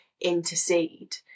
intercede